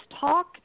talk